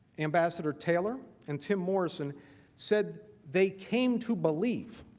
ambassador taylor and tim morrison said they came to believe